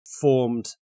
formed